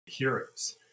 heroes